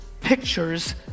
pictures